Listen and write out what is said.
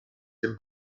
dem